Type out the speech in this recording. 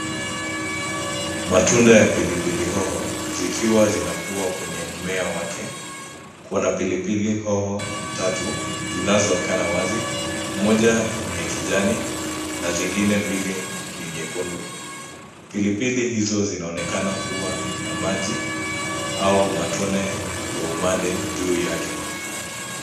Matunda ya pilipili hoho, zikiwa zinakua kwenye mmea wake. Kukona pilipili hoho tatu zinaonekana wazi, moja ni ya kijani na zingine mbili ni nyekundu. Pilipili izo zinaonekana kuwa na maji au matone ya umande juu yake.